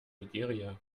nigeria